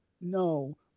no